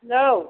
hello